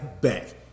back